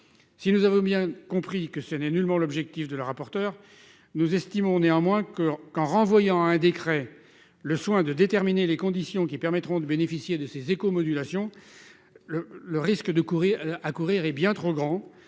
Si nous avons bien compris que ce n'est nullement l'objectif de la rapporteure, nous estimons néanmoins que renvoyer à un décret le soin de déterminer les conditions qui permettront de bénéficier de ces écomodulations fait courir un risque bien trop grand.